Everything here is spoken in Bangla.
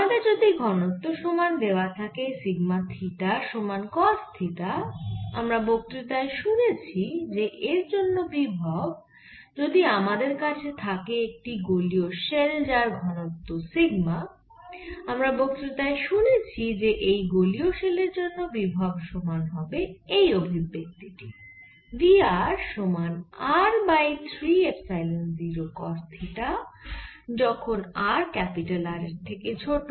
আমাদের যদি ঘনত্ব সমান দেওয়া থাকে সিগমা থিটা সমান কস থিটা আমরা বক্তৃতায় শুনেছি যে এর জন্য বিভব যদি আমাদের কাছে থাকে একটি গোলীয় শেল যার ঘনত্ব সিগমা আমরা বক্তৃতায় শুনেছি যে এই গোলীয় শেলের জন্য বিভব সমান হবে এই অভিব্যক্তি টি V r সমান r by 3 epsilon 0 cos theta যখন r ক্যাপিটাল R এর থেকে ছোট